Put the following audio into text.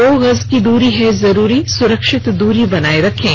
दो गज की दूरी है जरूरी सुरक्षित दूरी बनाए रखें